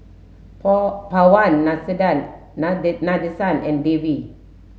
Pawan Nade Nadesan and Devi